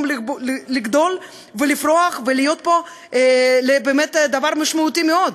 לגדול ולפרוח ולהיות פה לדבר משמעותי מאוד,